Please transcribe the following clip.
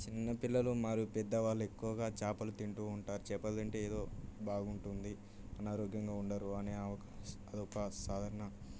చిన్న పిల్లలు మరియు పెద్దవాళ్ళు ఎక్కువగా చేపలు తింటూ ఉంటారు చేపలు తింటే ఏదో బాగుంటుంది అనారోగ్యంగా ఉండరు అని అది ఒక సాధారణ